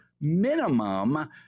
minimum